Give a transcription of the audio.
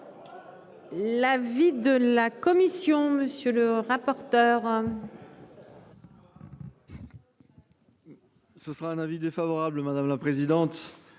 La vie de la commission. Monsieur le rapporteur. Ce sera un avis défavorable. Madame la présidente.